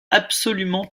absolument